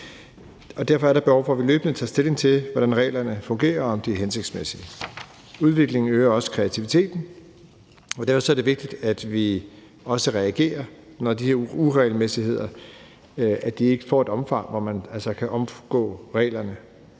derfor er der behov for, at vi løbende tager stilling til, hvordan reglerne fungerer, og om de er hensigtsmæssige. Udviklingen øger også kreativiteten, og derfor er det vigtigt, at vi også reagerer, så de her uregelmæssigheder ikke får et omfang, hvor man altså kan omgå reglerne.